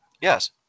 Yes